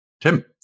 Tim